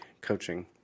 coaching